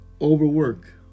overwork